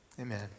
Amen